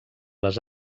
les